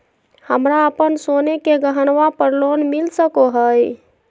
हमरा अप्पन सोने के गहनबा पर लोन मिल सको हइ?